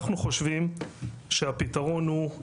אנחנו חושבים שהפתרון הוא,